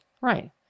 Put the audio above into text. Right